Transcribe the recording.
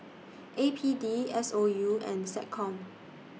A P D S O U and Seccom